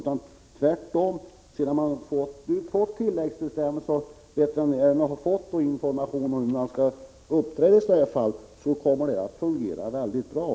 Tvärtom, sedan tilläggsbestämmelser utfärdats och veterinärerna därmed har fått information om hur de skall uppträda i sådana här fall, kommer det hela att fungera mycket bra.